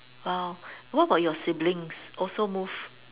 !wow! what about your siblings also move